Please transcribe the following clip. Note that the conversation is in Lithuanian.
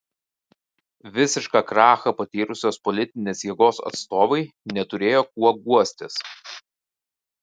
visišką krachą patyrusios politinės jėgos atstovai neturėjo kuo guostis